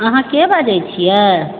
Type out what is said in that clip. अहाँ के बाजै छियै